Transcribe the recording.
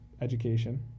education